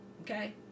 Okay